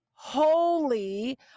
Holy